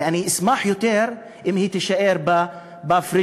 ואני אשמח יותר אם היא תישאר בפריג'ידר,